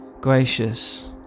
gracious